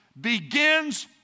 begins